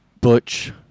Butch